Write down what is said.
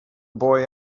boy